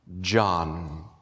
John